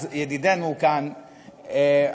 אז ידידנו כאן,